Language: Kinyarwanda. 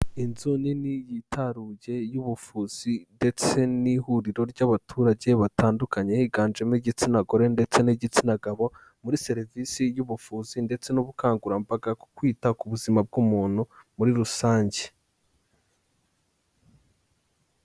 Inzu nini yitaruye y'ubuvuzi ndetse n'ihuriro ry'abaturage batandukanye higanjemo igitsina gore ndetse n'igitsina gabo muri serivisi y'ubuvuzi ndetse n'ubukangurambaga ku kwita ku buzima bw'umuntu muri rusange.